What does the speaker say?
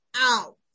out